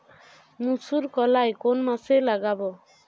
মুসুর কলাই কোন মাসে লাগাব?